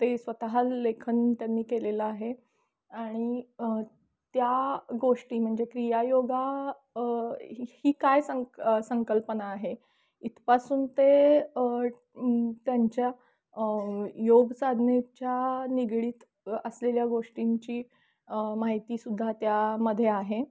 ते स्वतः लेखन त्यांनी केलेलं आहे आणि त्या गोष्टी म्हणजे क्रियायोगा ही काय संक संकल्पना आहे इथपासून ते त्यांच्या योग साधनेच्या निगडीत असलेल्या गोष्टींची माहिती सुद्धा त्यामध्ये आहे